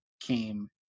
came